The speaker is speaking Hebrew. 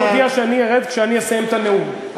אני מודיע שאני ארד כשאני אסיים את הנאום,